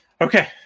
Okay